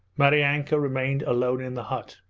maryanka remained alone in the hut.